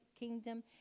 kingdom